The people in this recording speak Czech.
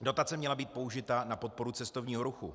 Dotace měla být použita na podporu cestovního ruchu.